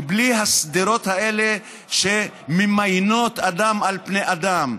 בלי השדרות האלה שממיינות אדם על פני אדם,